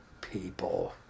People